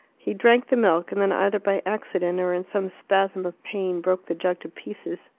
he drank the milk, and then, either by accident or in some spasm of pain, broke the jug to pieces.